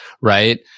right